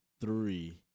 three